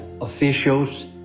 officials